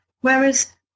Whereas